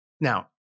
Now